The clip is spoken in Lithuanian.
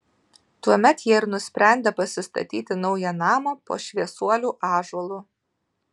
tuomet jie ir nusprendė pasistatyti naują namą po šviesuolių ąžuolu